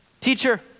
Teacher